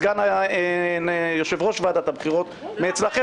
סגן יושב-ראש ועדת הבחירות משלכם,